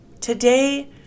Today